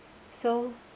so